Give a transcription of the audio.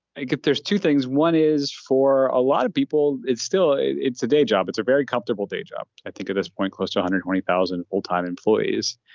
i guess there's two things one is for. a lot of people. it's still it's a day job it's a very comfortable day job. i think at this point, close to a hundred twenty thousand full time employees.